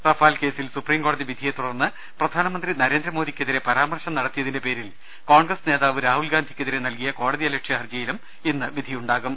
Rafale കേസിൽ സുപ്രീംകോടതി വിധിയെത്തുടർന്ന് പ്രധാനമന്ത്രി നരേന്ദ്രമോദിക്കെതിരെ പരാമർശം നട ത്തിയതിന്റെ പേരിൽ കോൺഗ്രസ് നേതാവ് രാഹുൽഗാന്ധിക്കെതിരെ നൽകിയ കോടതിയലക്ഷ്യ ഹർജിയിലും ഇന്ന് വിധിയുണ്ടാകും